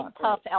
tough